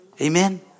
Amen